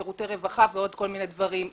שירותי רווחה ועוד כל מיני דברים.